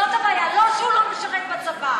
זאת הבעיה, לא שהוא לא משרת בצבא.